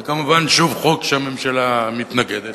זה כמובן שוב חוק שהממשלה מתנגדת לו.